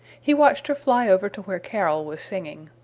he watched her fly over to where carol was singing.